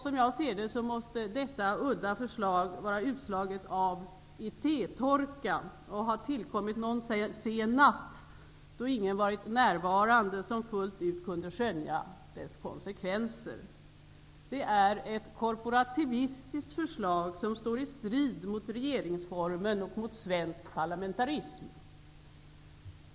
Som jag ser det måste detta udda förslag vara ett utslag av idétorkan och ha tillkommit någon sen natt då ingen varit närvarande som fullt ut kunnat skönja dess konsekvenser. Det är ett korporativistiskt förslag som står i strid mot regeringsformen och mot svensk parlamentarism.